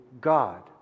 God